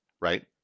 Right